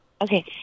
Okay